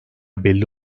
belli